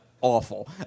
Awful